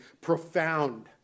profound